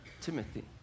Timothy